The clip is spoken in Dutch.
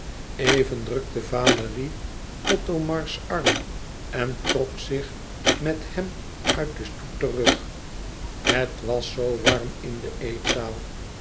even drukte valérie othomars arm en trok zich met hem uit den stoet terug het was zoo warm in de eetzaal